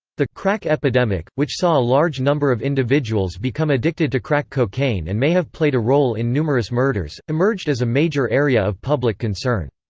the crack epidemic, which saw a large number of individuals become addicted to crack cocaine and may have played a role in numerous murders, emerged as a major area of public concern.